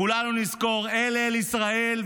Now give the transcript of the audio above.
כולנו נזכור: אל אל ישראל,